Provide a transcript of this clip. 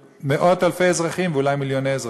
מאות-אלפי אזרחים ואולי מיליוני אזרחים.